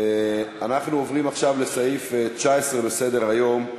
אנחנו עוברים לסעיף 19 בסדר-היום: